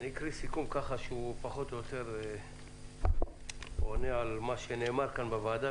אני אקריא את סיכום הוועדה שעונה פחות או יותר למה שעלה כאן בוועדה.